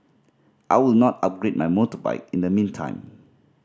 I will not upgrade my motorbike in the meantime